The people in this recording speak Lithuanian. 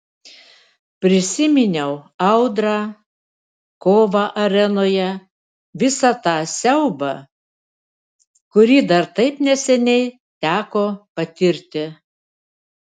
prisiminiau audrą kovą arenoje visą tą siaubą kurį dar taip neseniai teko patirti